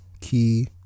key